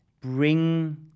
bring